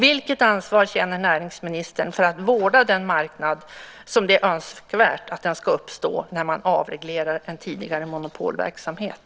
Vilket ansvar känner näringsministern för att vårda den marknad som det är önskvärt ska uppstå när man avreglerar en tidigare monopolverksamhet?